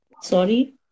Sorry